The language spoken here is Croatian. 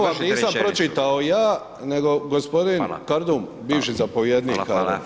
Ovo nisam pročitao ja nego gospodin Kardum bivši zapovjednik